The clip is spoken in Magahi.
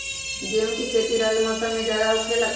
गेंहू के खेती रबी मौसम में ज्यादा होखेला का?